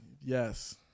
Yes